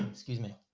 excuse me,